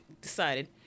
decided